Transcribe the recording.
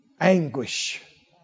anguish